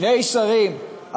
שני שרים,